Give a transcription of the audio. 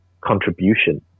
contribution